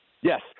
Yes